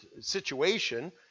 situation